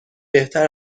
بهتر